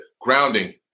grounding